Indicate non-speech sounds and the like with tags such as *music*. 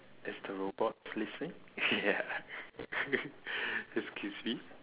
is the robot listening ya *laughs* excuse me